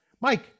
mike